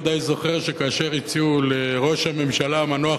אדוני ודאי זוכר שכאשר הציעו לראש הממשלה המנוח